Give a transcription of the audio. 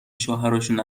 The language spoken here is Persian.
شوهراشون